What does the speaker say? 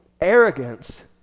Arrogance